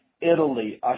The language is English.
Italy